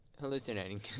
hallucinating